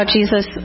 Jesus